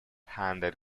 handed